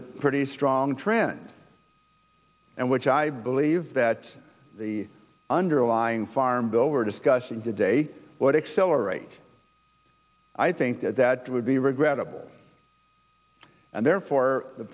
a pretty strong trend and which i believe that the underlying farm bill we're discussing today what accelerate i think that that would be regrettable and therefore the